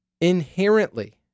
inherently